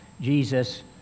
Jesus